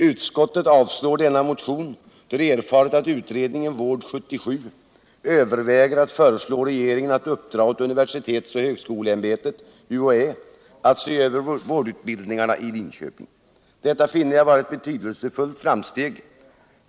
Utskottet avstyrker denna motion då det erfarit att utredningen VÅRD 77 överväger att föreslå regeringen att uppdra åt universitets och högskolecämbetet att se över vårdutbildningarna i Linköping. Detta finner jag vara ett betydelsefullt framsteg.